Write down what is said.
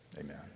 Amen